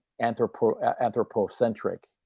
anthropocentric